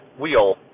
wheel